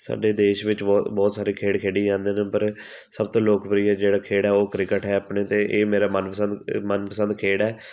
ਸਾਡੇ ਦੇਸ਼ ਵਿੱਚ ਬਹੁ ਬਹੁਤ ਸਾਰੇ ਖੇਡ ਖੇਡੇ ਜਾਂਦੇ ਨੇ ਪਰ ਸਭ ਤੋਂ ਲੋਕਪ੍ਰਿਯ ਜਿਹੜਾ ਖੇਡ ਹੈ ਉਹ ਕ੍ਰਿਕਟ ਹੈ ਆਪਣੇ ਅਤੇ ਇਹ ਮੇਰਾ ਮਨਪਸੰਦ ਮਨਪਸੰਦ ਖੇਡ ਹੈ